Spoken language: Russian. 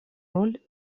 роль